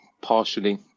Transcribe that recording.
partially